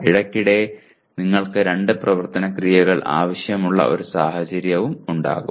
ഇടയ്ക്കിടെ നിങ്ങൾക്ക് രണ്ട് പ്രവർത്തന ക്രിയകൾ ആവശ്യമുള്ള ഒരു സാഹചര്യം ഉണ്ടാകും